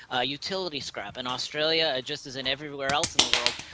ah utility scrap, and australia, just as in everywhere else in the world,